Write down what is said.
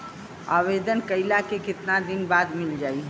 आवेदन कइला के कितना दिन बाद मिल जाई?